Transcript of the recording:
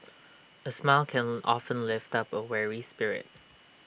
A smile can often lift up A weary spirit